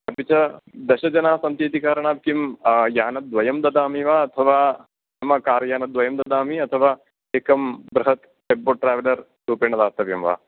अपि च दशजनाः सन्ति इति कारणात् किं यानद्वयं ददामि वा अथवा नाम कार्यानद्वयं ददामि अथवा एकं बृहत् टेम्पो ट्रावेलर् रूपेण दातव्यं वा